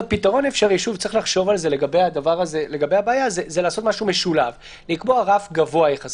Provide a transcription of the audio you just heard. פתרון אפשרי הוא לעשות משהו משולב: לקבוע רף גבוה יחסית